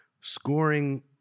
scoring